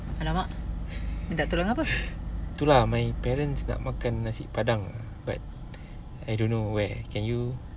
tu lah my parents nak makan nasi padang ah but I don't know where can you